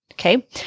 Okay